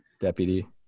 Deputy